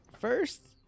First